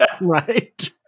right